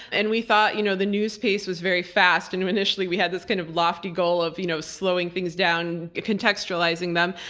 and we thought you know the news pace was very fast, and initially we had this kind of lofty goal of you know slowing things down and contextualizing them.